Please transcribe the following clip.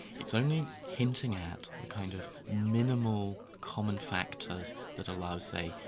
it's only hinting at the kind of minimal common factors that allows say,